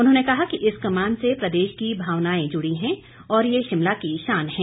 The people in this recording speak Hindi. उन्होंने कहा कि इस कमान से प्रदेश की भावनाएं जुड़ी हैं और ये शिमला की शान है